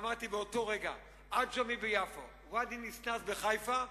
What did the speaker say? אמרתי באותו רגע: עג'מי ביפו, ואדי-ניסנאס בחיפה,